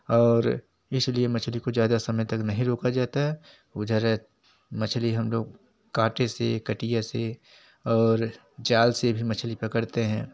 और इसलिए मछली को ज्यादा समय तक नहीं रोका जाता उधर मछली हम लोग कांटे से कटिया से और जाल से भी मछली पकड़ते हैं